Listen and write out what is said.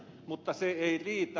mutta se ei riitä